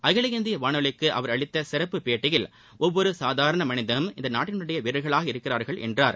அகில இந்திய வானொலிக்கு அவர் அளித்த சிறப்பு பேட்டியில் ஒவ்வொரு சாதாரண மனிதனும் இந்த நாட்டினுடைய வீரர்களாக இருக்கிறார்கள் என்றார்